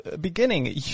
beginning